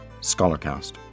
scholarcast